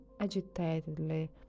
agitatedly